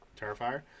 Terrifier